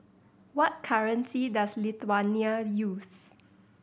what currency does Lithuania use